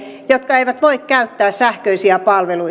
eivät voi käyttää sähköisiä